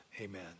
amen